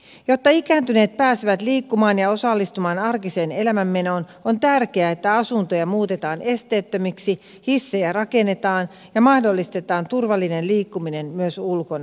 jotta ikääntyneet pääsevät liikkumaan ja osallistumaan arkiseen elämänmenoon on tärkeää että asuntoja muutetaan esteettömiksi hissejä rakennetaan ja mahdollistetaan turvallinen liikkuminen myös ulkona